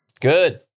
Good